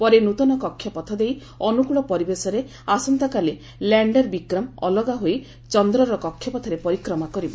ପରେ ନୃତନ କକ୍ଷ ପଥ ଦେଇ ଅନୁକୂଳ ପରିବେଶରେ ଆସନ୍ତାକାଲି ଲ୍ୟାଣ୍ଡର ବିକ୍ରମ ଅଲଗା ହୋଇ ଚନ୍ଦ୍ରର କକ୍ଷ ପଥରେ ପରିକ୍ରମା କରିବ